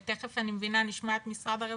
ותיכף, אני מבינה, נשמע את משרד הרווחה,